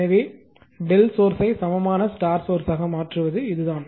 எனவே Δ சோர்ஸ்யை சமமான ஸ்டார் சோர்ஸ்மாக மாற்றுவது இதுதான்